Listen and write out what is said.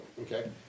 okay